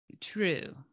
true